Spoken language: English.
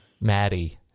Maddie